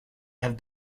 have